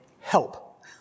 help